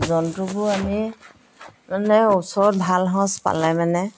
জন্তুবোৰ আমি মানে ওচৰত ভাল সঁচ পালে মানে